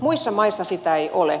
muissa maissa sitä ei ole